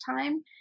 time